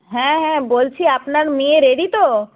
হ্যাঁ হ্যাঁ বলছি আপনার মেয়ে রেডি তো